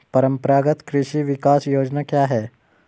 परंपरागत कृषि विकास योजना क्या है?